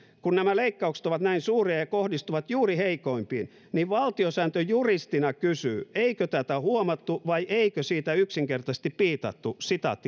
kun nämä leikkaukset ovat näin suuria ja kohdistuvat juuri heikoimpiin niin valtiosääntöjuristina kysyy eikö tätä huomattu vai eikö siitä yksinkertaisesti piitattu